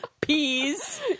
Peas